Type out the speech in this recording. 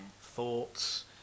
thoughts